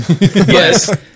yes